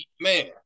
Man